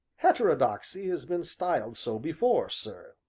heterodoxy has been styled so before, sir.